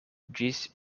ĝis